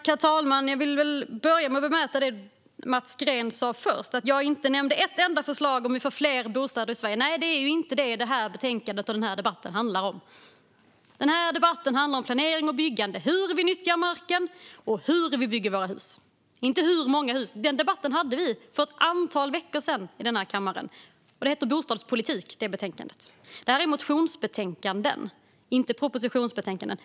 Herr talman! Jag vill börja med att bemöta det som Mats Green sa först, att jag inte nämnde ett enda förslag om hur vi får fler bostäder i Sverige. Nej, det är ju inte detta som betänkandet eller debatten handlar om. Denna debatt handlar om planering och byggande, hur vi nyttjar marken och hur vi bygger våra hus, inte om hur många hus. Den debatten hade vi för ett antal veckor sedan i denna kammare, och betänkandet hette Bostadspolitik . Detta gäller motionsbetänkanden, inte propositionsbetänkanden.